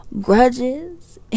grudges